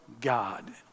God